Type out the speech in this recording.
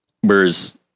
Whereas